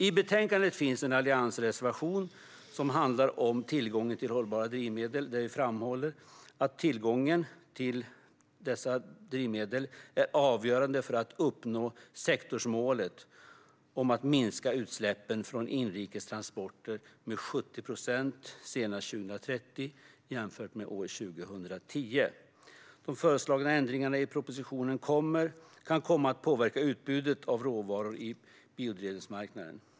I betänkandet finns en alliansreservation som handlar om tillgången till hållbara drivmedel där vi framhåller att tillgången till dessa drivmedel är avgörande för att uppnå sektorsmålet om att minska utsläppen från inrikes transporter med 70 procent senast 2030 jämfört med år 2010. De föreslagna ändringarna i propositionen kan komma att påverka utbudet av råvaror på biodrivmedelsmarknaden.